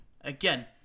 Again